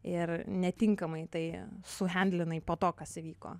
ir netinkamai tai suhendlinai po to kas įvyko